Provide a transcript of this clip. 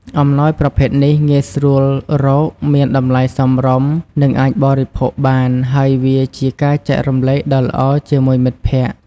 អំណោយប្រភេទនេះងាយស្រួលរក មានតម្លៃសមរម្យ និងអាចបរិភោគបាន ហើយវាជាការចែករំលែកដ៏ល្អជាមួយមិត្តភក្តិ។